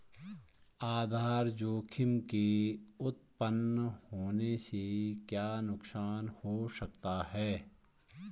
आधार जोखिम के उत्तपन होने से क्या नुकसान हो सकता है?